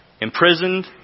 Imprisoned